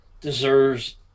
deserves